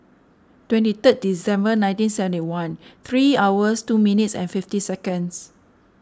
twenty third December nineteen seventy one three hours two minutes and fifty seconds